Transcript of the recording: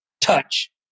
touch